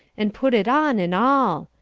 and put it on and all.